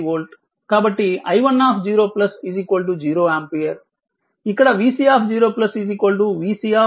కాబట్టి i10 0 ampere